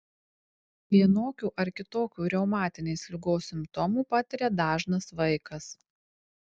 vienokių ar kitokių reumatinės ligos simptomų patiria dažnas vaikas